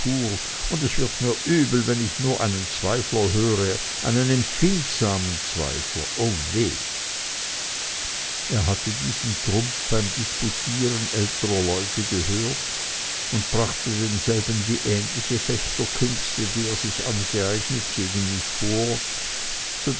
und es wird mir übel wenn ich nur einen zweifler höre einen empfindsamen zweifler o weh er hatte diesen trumpf beim disputieren älterer leute gehört und brachte denselben wie ähnliche fechterkünste die er sich angeeignet gegen mich vor